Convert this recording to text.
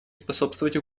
способствовать